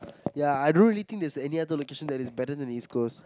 ya I don't really think there is any other location that is better than the East Coast